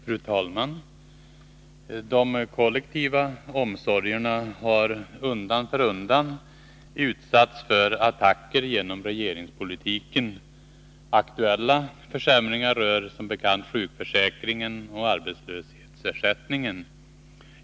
Fru talman! De kollektiva omsorgerna har undan för undan utsatts för attacker genom regeringspolitiken. Aktuella försämringar rör som bekant sjukförsäkringen och arbetslöshetsersättningen.